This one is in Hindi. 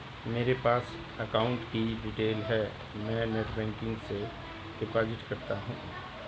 मेरे पास अकाउंट की डिटेल है मैं नेटबैंकिंग से डिपॉजिट करता हूं